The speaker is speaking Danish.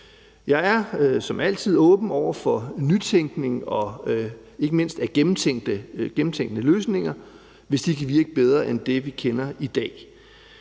Jeg er som altid åben over for nytænkning og ikke mindst gennemtænke løsninger, hvis de kan virke bedre end det, vi kender i dag.